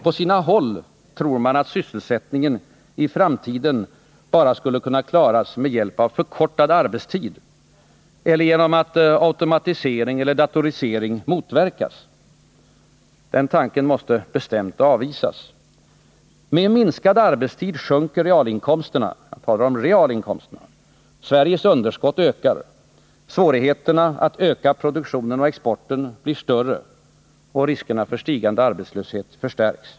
På sina håll tror man att sysselsättningen i framtiden endast skulle kunna klaras med hjälp av förkortad arbetstid eller genom att automatisering och datorisering motverkas. Denna tanke måste bestämt avvisas. Med minskad arbetstid sjunker realinkomsterna. Sveriges underskott ökar. Svårigheterna att öka produktionen och exporten blir större. Riskerna för stigande arbetslöshet förstärks.